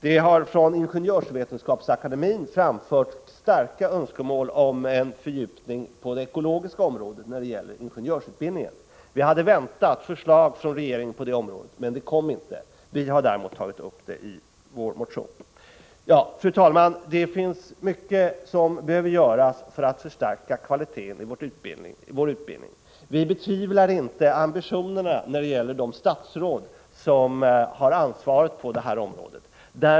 Det har från Ingenjörsvetenskapsakademien framförts starka önskemål om en fördjupning på det ekologiska området när det gäller ingenjörsutbildningen. Vi hade väntat förslag från regeringen på det området, men något sådant kom inte. Vi har däremot tagit upp detta i vår motion. Fru talman! Det finns mycket som behöver göras för att förstärka kvaliteten i utbildningen. Jag betvivlar inte ambitionerna hos de statsråd som har ansvaret på det här området.